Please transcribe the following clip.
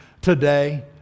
today